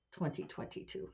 2022